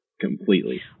completely